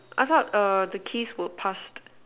I thought err the keys would passed